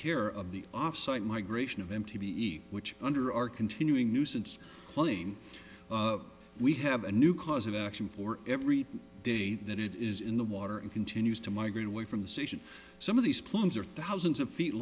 care of the off site migration of m t b e which under our continuing nuisance claim we have a new cause of action for every day that it is in the water and continues to migrate away from the station some of these plumes are thousands of feet